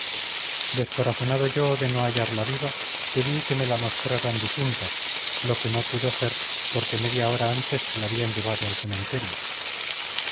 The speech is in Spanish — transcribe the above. descorazonado yo de no hallarla viva pedí que me la mostraran difunta lo que no pudo ser porque media hora antes se la habían llevado al cementerio